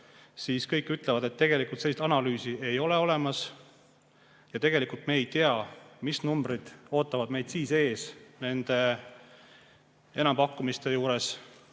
siis kõik ütlevad, et tegelikult sellist analüüsi ei ole olemas. Ja tegelikult me ei tea, mis numbrid ootavad meid siis ees nende enampakkumiste juures,